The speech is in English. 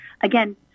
Again